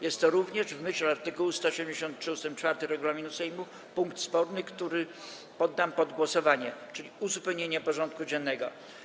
Jest to również, w myśl art. 173 ust. 4 regulaminu Sejmu, punkt sporny, który poddam pod głosowanie, czyli chodzi o uzupełnienie porządku dziennego.